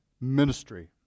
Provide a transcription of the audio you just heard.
ministry